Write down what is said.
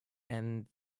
and